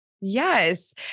Yes